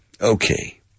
okay